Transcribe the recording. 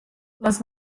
les